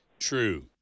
true